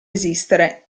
esistere